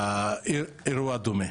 הזה ולאירוע דומה.